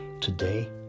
today